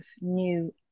new